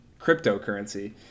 cryptocurrency